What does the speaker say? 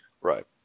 Right